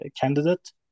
candidate